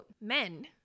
Men